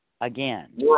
Again